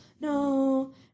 no